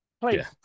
please